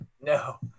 No